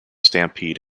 stampede